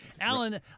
Alan